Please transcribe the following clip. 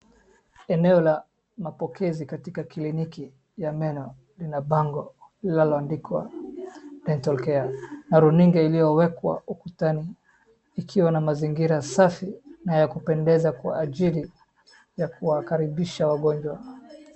Eneo la mapokezi katika kliniki ya meno lina bango linaloandikwa dental care na runinga iliyowekwa ukutani ikiwa na mazingira safi na ya kupendeza kwa ajili ya kuwakaribisha wagonjwa.